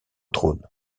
trône